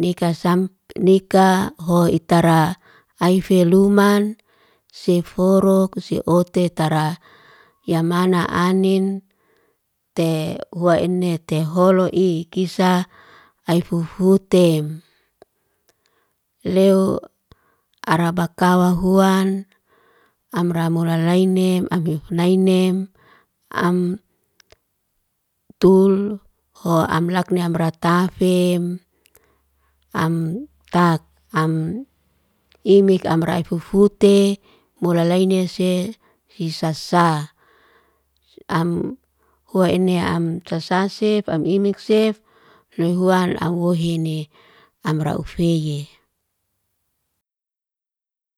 Nika sam nika ho itara aife luman seforok, si ote tara yamana anin. Te hua ene teholo i'kisa, aifufutem. Leu ara bakawa huan, amra mulalainem, afif nainem. Am tul ho amlakne amraktafem, am tak am imik amray fufute mulalainese hisasa. Am hua ene, am sasasef imiksef, loy huan amwohin ni amra ufeyye.